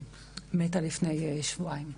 מתה לפני שבועיים,